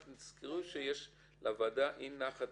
רק תזכרו שיש לוועדה אי נחת